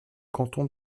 canton